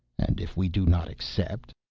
and if we do not accept?